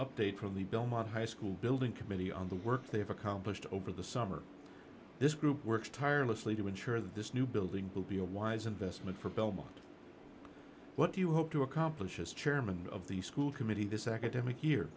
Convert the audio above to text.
update from the belmont high school building committee on the work they have accomplished over the summer this group works tirelessly to ensure this new building will be a wise investment for belmont what do you hope to accomplish as chairman of the school committee this academic